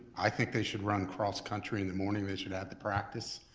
i think they should run cross country in the morning. they should have the practice,